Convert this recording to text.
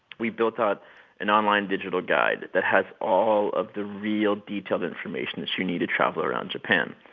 we built out an online digital guide that has all of the real detailed information that you need to travel around japan.